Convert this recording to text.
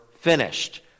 finished